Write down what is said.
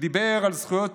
שדיבר על זכויות